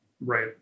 Right